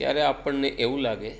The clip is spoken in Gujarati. ત્યારે આપણને એવું લાગે